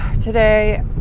Today